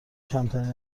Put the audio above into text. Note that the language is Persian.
کمترین